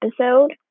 episode